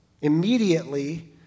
Immediately